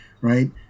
Right